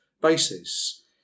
basis